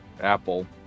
Apple